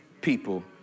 people